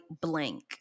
blank